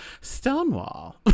Stonewall